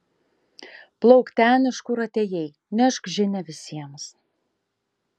plauk ten iš kur atėjai nešk žinią visiems